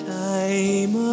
time